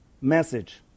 message